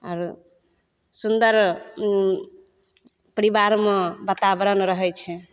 आरो सुन्दर परिबारमे बाताबरण रहैत छै